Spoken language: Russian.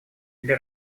для